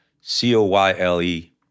C-O-Y-L-E